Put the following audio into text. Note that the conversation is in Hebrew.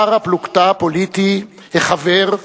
בר-הפלוגתא הפוליטי, החבר,